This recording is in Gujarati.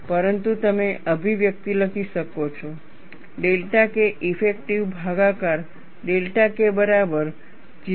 પરંતુ તમે અભિવ્યક્તિ લખી શકો છો ડેલ્ટા K ઇફેક્ટિવ ભાગાકાર ડેલ્ટા K બરાબર 0